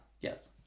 Yes